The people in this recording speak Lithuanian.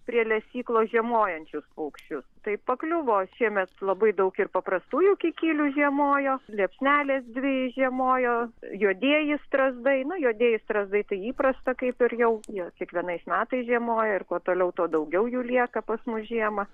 prie lesyklos žiemojančius paukščius tai pakliuvo šiemet labai daug ir paprastųjų kikilių žiemojo liepsnelės dvi žiemojo juodieji strazdai nu juodieji strazdai tai įprasta kaip ir jau jo kiekvienais metais žiemoja ir kuo toliau tuo daugiau jų lieka pas mus žiemą